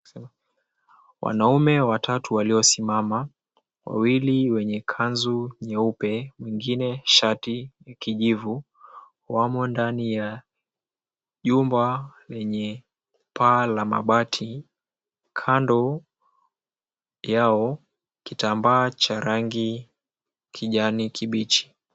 Wanaume watatu waliosimama. Wawili wenye kanzu nyeupe mwingine shati kijivu wamo ndani ya jumba lenye paa la mabati. Kando yao kitambaa cha rangi kijani kibichi.